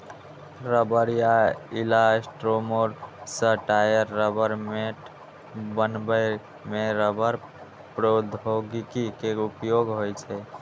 रबड़ या इलास्टोमोर सं टायर, रबड़ मैट बनबै मे रबड़ प्रौद्योगिकी के उपयोग होइ छै